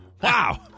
Wow